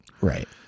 Right